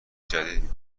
جدید